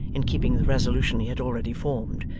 in keeping the resolution he had already formed,